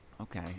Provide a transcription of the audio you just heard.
Okay